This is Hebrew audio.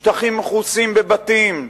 שטחים מכוסים בבתים,